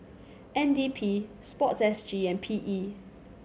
N D P Sport S G and P E